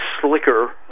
slicker